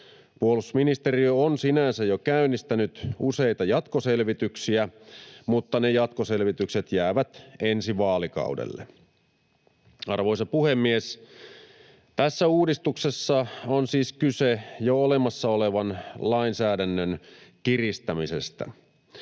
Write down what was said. Puolustusministeriö on sinänsä jo käynnistänyt useita jatkoselvityksiä, mutta ne jatkoselvitykset jäävät ensi vaalikaudelle Arvoisa puhemies! Tässä uudistuksessa on siis kyse jo olemassa olevan lainsäädännön kiristämisestä.